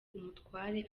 umutware